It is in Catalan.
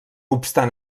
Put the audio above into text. obstant